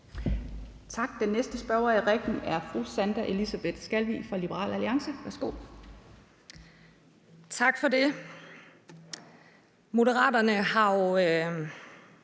Tak. Den næste spørger i rækken er fru Sandra Elisabeth Skalvig fra Liberal Alliance. Værsgo. Kl. 11:44 Sandra